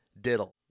diddle